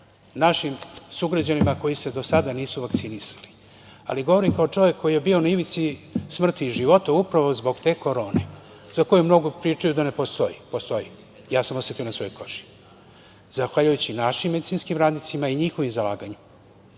našim sugrađanima koji se do sada nisu vakcinisali. Govorim kao čovek koji je bio na ivici smrti i životu, upravo zbog te korone, za koju mnogi pričaju da ne postoji. Postoji. Ja sam osetio na svojoj koži. Zahvaljujući našim medicinskim radnicima i njihovim zalaganjem,